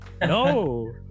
no